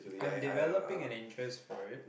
I am developing an interest for it